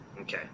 Okay